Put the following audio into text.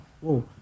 whoa